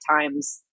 times